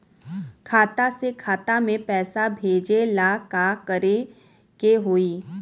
खाता से खाता मे पैसा भेजे ला का करे के होई?